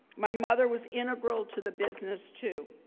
my mother was integral to the business too.